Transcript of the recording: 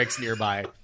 nearby